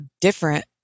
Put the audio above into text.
different